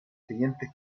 siguientes